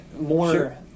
more